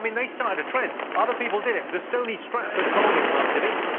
i mean they started a trend. other people did it. the stony stratford bowling club did it.